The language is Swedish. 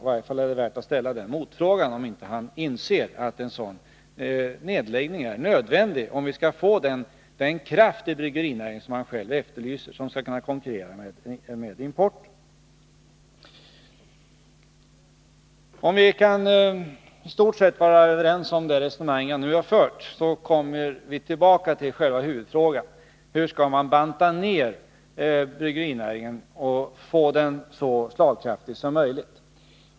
I varje fall är det värt att ställa motfrågan om han inte inser att en sådan nedläggning är nödvändig, om vi skall få den kraft i bryggerinäringen som han själv efterlyser och som gör att den kan konkurrera med importen. Om vi i stort sett kan vara överens om det resonemang jag nu fört, så kommer vi tillbaka till själva huvudfrågan: Hur skall man banta ned bryggerinäringen och få den så slagkraftig som möjligt?